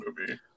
movie